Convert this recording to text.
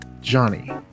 Johnny